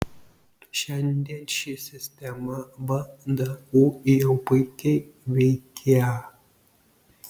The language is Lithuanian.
šiandien ši sistema vdu jau puikiai veikia